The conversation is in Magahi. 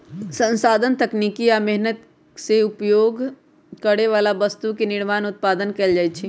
संसाधन तकनीकी आ मेहनत से उपभोग करे बला वस्तु के निर्माण उत्पादन कएल जाइ छइ